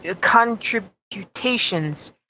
contributions